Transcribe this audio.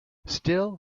still